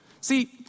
See